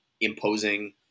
imposing